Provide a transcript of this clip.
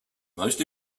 most